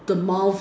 the mouth